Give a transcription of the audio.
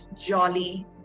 jolly